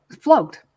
flogged